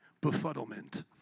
befuddlement